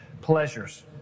pleasures